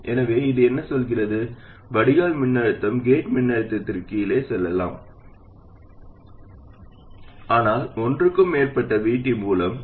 எனவே இது என்ன சொல்கிறது வடிகால் மின்னழுத்தம் கேட் மின்னழுத்தத்திற்கு கீழே செல்லலாம் ஆனால் ஒன்றுக்கு மேற்பட்ட VT மூலம் அல்ல